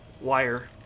wire